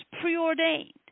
preordained